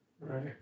Right